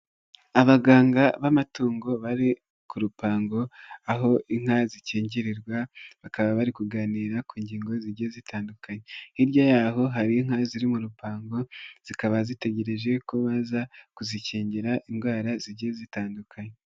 Abaganga b'amatungo bari ku rupangu ,aho inka zikingirirwa bakaba bari kuganira ku ngingo zigiye zitandukanye, hirya y'aho hari inka ziri mu rupangu, zikaba zitegereje ko baza kuzikingira indwara zigiye zitandukanye.